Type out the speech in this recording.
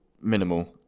minimal